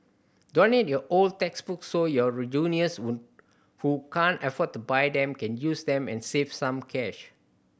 donate your old textbooks so your juniors who can't afford to buy them can use them and save some cash